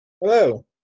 Hello